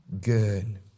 good